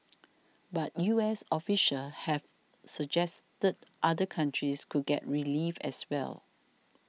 but U S officials have suggested other countries could get relief as well